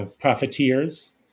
profiteers